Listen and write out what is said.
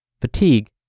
Fatigue